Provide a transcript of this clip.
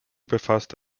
befasste